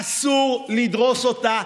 אסור לדרוס אותה,